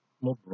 more